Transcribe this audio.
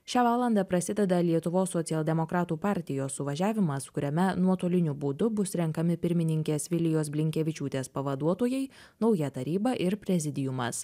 šią valandą prasideda lietuvos socialdemokratų partijos suvažiavimas kuriame nuotoliniu būdu bus renkami pirmininkės vilijos blinkevičiūtės pavaduotojai nauja taryba ir prezidiumas